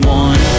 one